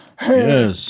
Yes